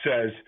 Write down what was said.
says